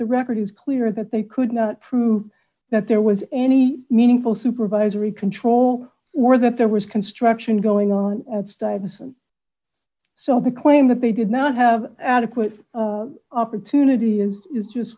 the record is clear that they could not prove that there was any meaningful supervisory control or that there was construction going on at stuyvesant so the claim that they did not have adequate opportunity in this